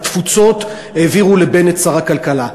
את התפוצות העבירו לבנט, שר הכלכלה.